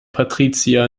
patricia